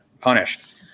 punished